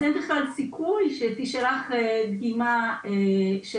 אז אין בכלל סיכוי שתשלח דגימה של